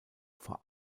vor